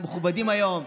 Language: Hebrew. הם מכובדים היום,